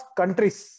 countries